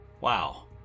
Wow